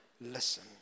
Listen